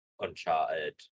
Uncharted